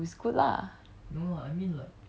like I will need someone who is good lah